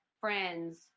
friends